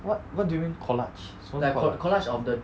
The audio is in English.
what what do you mean collage 什么是 collage